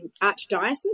Archdiocese